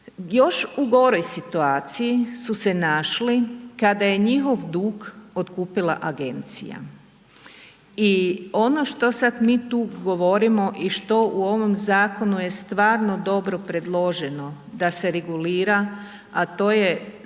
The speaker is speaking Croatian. Još u goroj situaciji su se našli kada je njihov dug otkupila agencija i ono što sad mi tu govorimo i što u ovom zakonu je stvarno dobro predloženo da se regulira, a to je